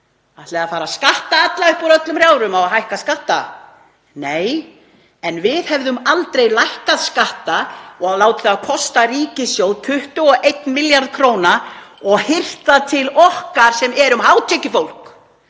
Ætlið þið að fara að skatta alla upp í rjáfur? Á að hækka skatta? Nei, en við hefðum aldrei lækkað skatta og látið það kosta ríkissjóð 21 milljarð kr. og hirt það til okkar sem erum hátekjufólk.